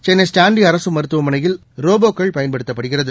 Chennai Stanley அரசு மருத்துவமனையில் ரோபோக்கள் பயன்படுத்தப்படுகின்றன